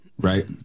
Right